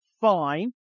Fine